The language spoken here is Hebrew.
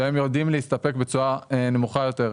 שהם יודעים להסתפק בתשואה נמוכה יותר.